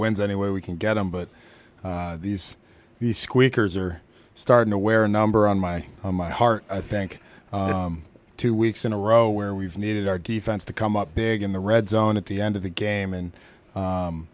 wins any way we can get them but these the squeakers are starting to wear number on my my heart i think two weeks in a row where we've needed our defense to come up big in the red zone at the end of the game and